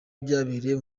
byabereye